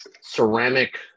ceramic